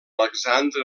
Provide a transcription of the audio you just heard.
alexandre